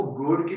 good